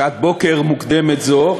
שעת בוקר מוקדמת זו,